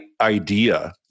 idea